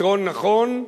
פתרון נכון,